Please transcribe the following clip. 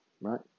right